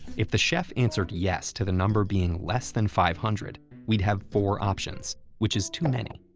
if the chef answered yes to the number being less than five hundred, we'd have four options, which is too many.